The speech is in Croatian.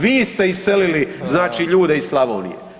Vi ste iselili znači ljude iz Slavonije.